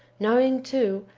knowing, too,